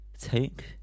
take